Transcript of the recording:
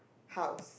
house